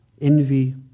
envy